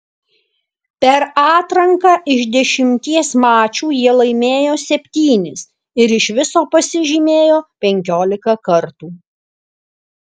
per atranką iš dešimties mačų jie laimėjo septynis ir iš viso pasižymėjo penkiolika kartų